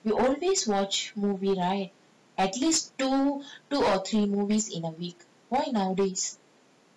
we always watch movie right at least two two or three movies in a week why nowadays